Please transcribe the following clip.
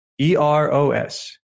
E-R-O-S